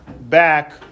back